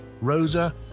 Rosa